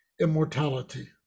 immortality